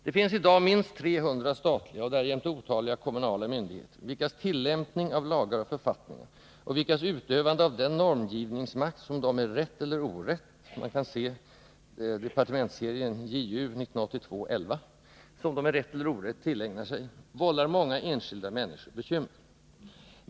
Det finns i dag minst 300 statliga — och därjämte otaliga kommunala — myndigheter, vilkas tillämpning av lagar och författningar och vilkas utövande av den normgivningsmakt som de med rätt eller orätt tillägnar sig, vållar många enskilda människor bekymmer.